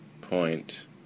point